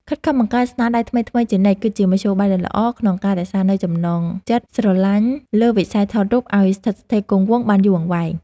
ខិតខំបង្កើតស្នាដៃថ្មីៗជានិច្ចគឺជាមធ្យោបាយដ៏ល្អក្នុងការរក្សានូវចំណងចិត្តស្រឡាញ់លើវិស័យថតរូបឱ្យស្ថិតស្ថេរគង់វង្សបានយូរអង្វែង។